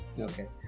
Okay